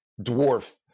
dwarf